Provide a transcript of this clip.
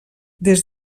des